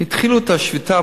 התחילו את השביתה,